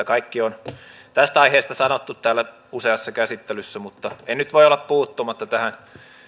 kaikki on tästä aiheesta sanottu täällä useassa käsittelyssä mutta en nyt voi olla puuttumatta tähän